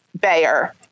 Bayer